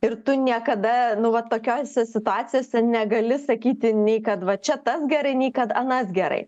ir tu niekada nu vat tokiose situacijose negali sakyti nei kad va čia tas gerai nei kad anas gerai